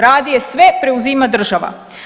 Radije sve preuzima država.